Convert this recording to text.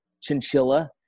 chinchilla